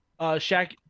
Shaq